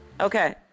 Okay